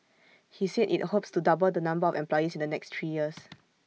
he said IT hopes to double the number of employees in the next three years